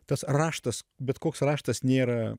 tas raštas bet koks raštas nėra